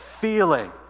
feeling